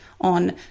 on